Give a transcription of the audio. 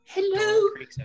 Hello